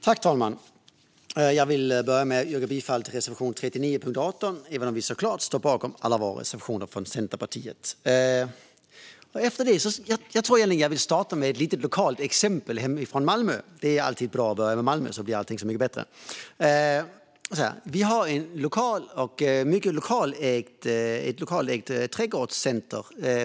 Fru talman! Jag yrkar bifall till reservation 39 under punkt 18 - även om jag såklart står bakom alla Centerpartiets reservationer. Låt mig börja med ett lokalt exempel hemifrån Malmö. Där jag bor ligger ett trädgårdscenter.